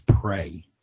pray